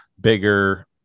bigger